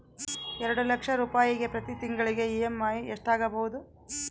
ಎರಡು ಲಕ್ಷ ರೂಪಾಯಿಗೆ ಪ್ರತಿ ತಿಂಗಳಿಗೆ ಇ.ಎಮ್.ಐ ಎಷ್ಟಾಗಬಹುದು?